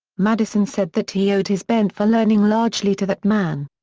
madison said that he owed his bent for learning largely to that man.